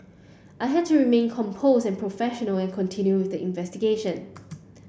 I had to remain composed and professional and continue with the investigation